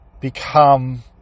become